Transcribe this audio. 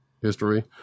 history